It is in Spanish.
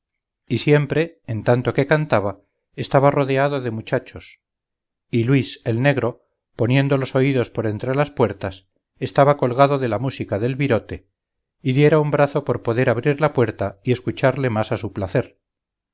y siempre en tanto que cantaba estaba rodeado de muchachos y luis el negro poniendo los oídos por entre las puertas estaba colgado de la música del virote y diera un brazo por poder abrir la puerta y escucharle más a su placer